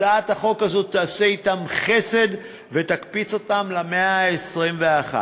הצעת החוק הזאת תעשה אתם חסד ותקפיץ אותם למאה ה-21.